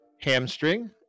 hamstring